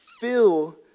fill